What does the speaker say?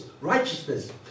righteousness